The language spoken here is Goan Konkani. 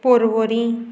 पोर्वोरी